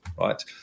right